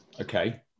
Okay